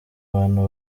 abantu